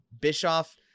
Bischoff